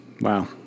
wow